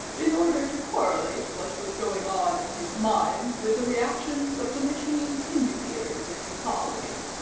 in order to correlate what was going on in his mind with the reactions of the machine's indicators, if you follow me.